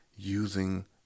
using